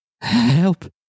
help